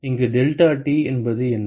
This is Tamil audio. இங்கு டெல்டாடி என்பது என்ன